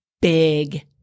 big